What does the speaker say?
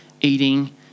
eating